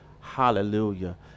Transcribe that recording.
Hallelujah